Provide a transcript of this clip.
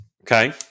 Okay